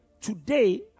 today